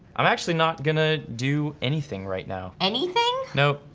i'm actually not gonna do anything right now. anything? nope,